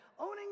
owning